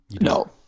No